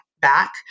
back